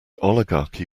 oligarchy